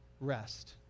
rest